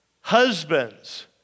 Husbands